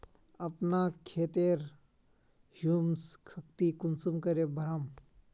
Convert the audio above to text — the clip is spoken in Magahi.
अपना खेतेर ह्यूमस शक्ति कुंसम करे बढ़ाम?